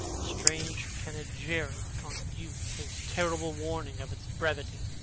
strange panegyric on youth, his terrible warning of its brevity.